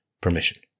permission